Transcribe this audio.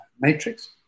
matrix